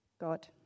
God